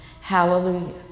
Hallelujah